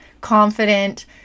confident